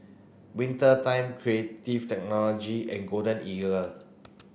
Winter Time Technology and Golden Eagle